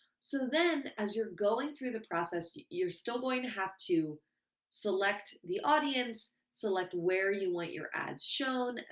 so then, as you're going through the process, you're still going to have to select the audience, select where you want your ads shown.